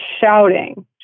shouting